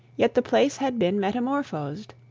yet the place had been metamorphosed.